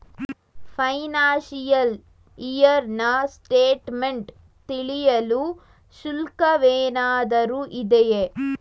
Financial year ನ statement ತಿಳಿಯಲು ಶುಲ್ಕವೇನಾದರೂ ಇದೆಯೇ?